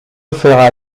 fera